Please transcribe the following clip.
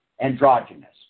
androgynous